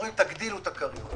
אומרים תגדילו את הכריות.